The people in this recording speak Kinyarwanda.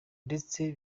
ndetse